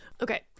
Okay